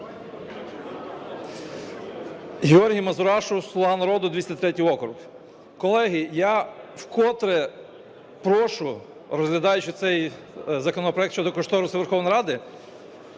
Георгій Мазурашу, "Слуга народу", 203 округ. Колеги, я вкотре прошу, розглядаючи цей законопроект щодо кошторису Верховної Ради,